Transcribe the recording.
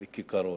בכיכרות.